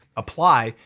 apply.